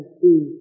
see